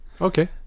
Okay